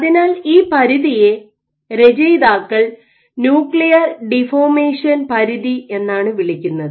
അതിനാൽ ഈ പരിധിയെ രചയിതാക്കൾ ന്യൂക്ലിയർ ഡിഫോർമേഷൻ പരിധി എന്നാണ് വിളിക്കുന്നത്